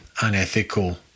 unethical